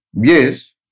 Yes